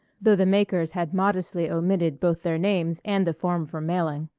though the makers had modestly omitted both their names and the form for mailing.